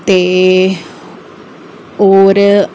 ते और